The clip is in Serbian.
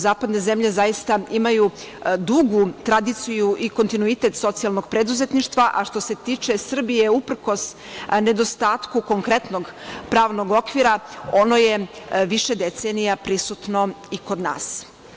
Zapadne zemlje zaista imaju dugu tradiciju i kontinuitet socijalnog preduzetništva, a što se tiče Srbije uprkos nedostatku konkretnog pravnog okvira ono je više decenija prisutno i kod nas.